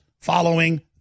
following